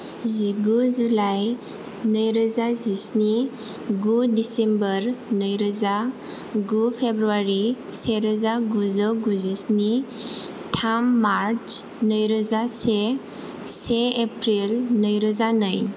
जिगु जुलाइ नैरोजा जिस्नि गु डिसेम्बर नैरोजा गु फेब्रुवारी सेरोजा गुजौगुजिस्नि थाम मार्च नैरोजा से से एप्रिल नैरोजा नै